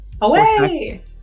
Away